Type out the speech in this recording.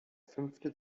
fünfte